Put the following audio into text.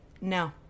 no